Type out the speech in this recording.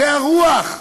זו הרוח.